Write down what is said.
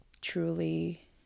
truly